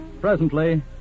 Presently